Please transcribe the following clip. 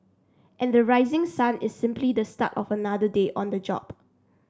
and the rising sun is simply the start of another day on the job